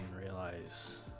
realize